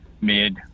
mid